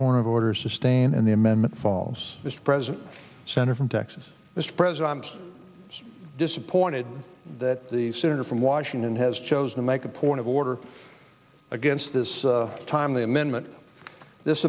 point of order sustained in the amendment falls this present center from texas this president is disappointed that the senator from washington has chosen to make a point of order against this timely amendment this